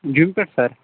جیمہِ پٮ۪ٹھ سَر